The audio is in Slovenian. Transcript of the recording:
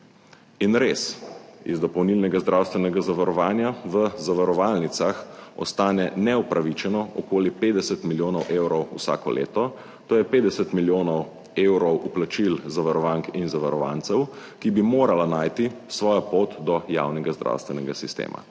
In res, iz dopolnilnega zdravstvenega zavarovanja v zavarovalnicah ostane neupravičeno okoli 50 milijonov evrov vsako leto, **16. TRAK: (SC) – 11.55** (nadaljevanje) to je 50 milijonov evrov vplačil zavarovank in zavarovancev, ki bi morala najti svojo pot do javnega zdravstvenega sistema